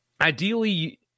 Ideally